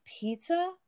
pizza